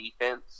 defense